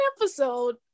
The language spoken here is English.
episode